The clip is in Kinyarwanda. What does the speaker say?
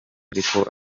ariko